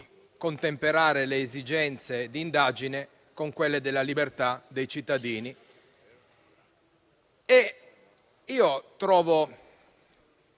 contemperare le esigenze di indagine con quelle della libertà dei cittadini.